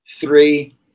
three